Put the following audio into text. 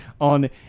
on